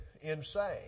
insane